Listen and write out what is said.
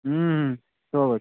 হুম সব আছে